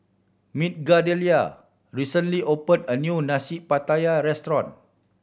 Migdalia recently opened a new Nasi Pattaya restaurant